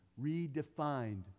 redefined